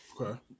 Okay